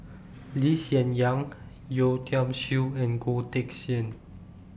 Lee Hsien Yang Yeo Tiam Siew and Goh Teck Sian